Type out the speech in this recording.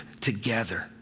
together